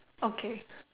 okay